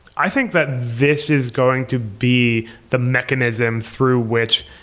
i think that this is going to be the mechanism through which